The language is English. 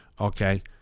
okay